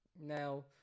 Now